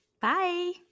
Bye